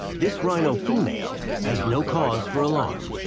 this rhino female has no cause for alarm.